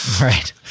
Right